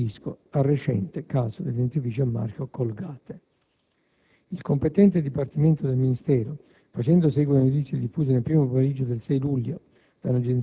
mi riferisco al recente caso dei dentifrici a marchio "Colgate". Il competente Dipartimento del Ministero, facendo seguito alle notizie diffuse nel primo pomeriggio del 6 luglio